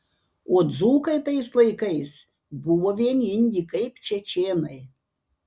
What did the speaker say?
o dzūkai tais laikais buvo vieningi kaip čečėnai